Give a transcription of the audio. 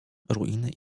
ruiny